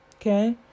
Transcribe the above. Okay